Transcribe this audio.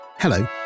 Hello